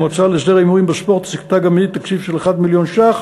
המועצה להסדר הימורים בספורט הקצתה גם היא תקציב של 1 מיליון ש"ח